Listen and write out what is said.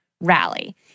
rally